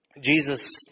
Jesus